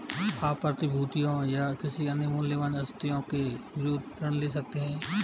आप प्रतिभूतियों या किसी अन्य मूल्यवान आस्तियों के विरुद्ध ऋण ले सकते हैं